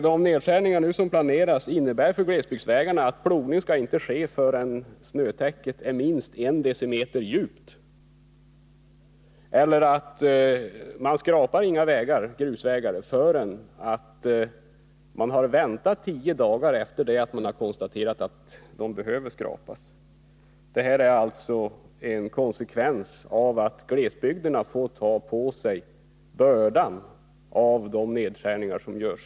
De nedskärningar som nu planeras innebär för glesbygdsvägarna att plogning inte skall ske förrän snötäcket är minst 1 decimeter djupt och att några grusvägar inte skall skrapas förrän man väntat tio dagar efter det att man konstaterat att de behöver skrapas. Det är alltså en konsekvens av att glesbygderna får bära den börda som nedskärningarna innebär.